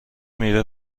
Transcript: میوه